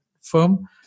firm